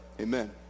Amen